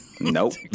Nope